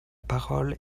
parole